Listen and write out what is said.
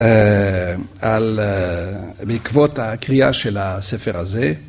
‫בעקבות הקריאה של הספר הזה.